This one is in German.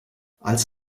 als